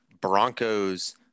Broncos